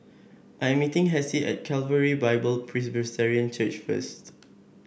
I am meeting Hessie at Calvary Bible Presbyterian Church first